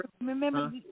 Remember